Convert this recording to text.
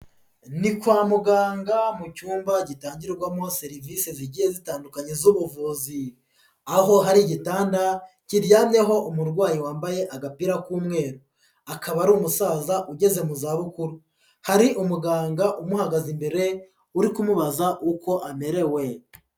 Ni kwa muganga mu cyumba gitangirwamo serivise zigiye zitandukanye z'ubuvuzi. Aho hari igitanda kiryamyeho umurwayi wambaye agapira k'umweru. Akaba ari umusaza ugeze mu zabukuru. Hari umuganga umuhagaze imbere, uri kumubaza uko amerewe.